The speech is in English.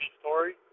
story